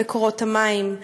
במקורות המים,